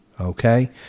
Okay